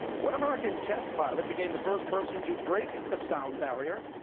what american test pilot became the first person to break the sound barrier?